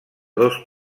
dos